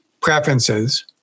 preferences